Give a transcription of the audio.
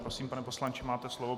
Prosím, pane poslanče, máte slovo.